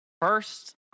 First